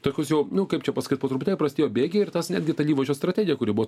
tokius jau nu kaip čia pasakyt po truputėlį prasidėjo bėgiai ir tas netgi ta įvaizdžio strategiją kuri buvo